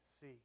see